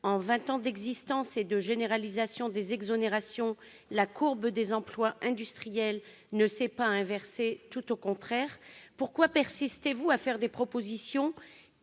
vingt ans d'existence et de généralisation des exonérations, la courbe des emplois industriels ne s'est pas inversée, bien au contraire. Pourquoi persistez-vous donc à proposer des